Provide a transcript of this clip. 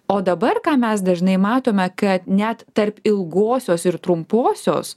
o dabar ką mes dažnai matome kad net tarp ilgosios ir trumposios